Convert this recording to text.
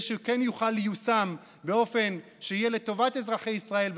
שהוא ייושם באופן שיהיה לטובת אזרחי ישראל,